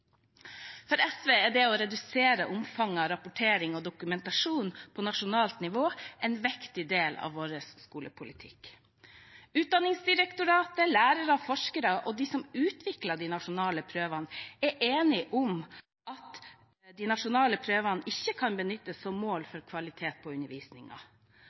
For SV er det å redusere omfanget av rapportering og dokumentasjon på nasjonalt nivå en viktig del av vår skolepolitikk. Utdanningsdirektoratet, lærere, forskere og de som utvikler de nasjonale prøvene, er enige om at de nasjonale prøvene ikke kan benyttes som mål for kvalitet på